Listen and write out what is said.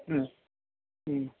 ഉം ഉം